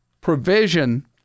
provision